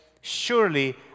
Surely